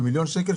ומיליון שקל,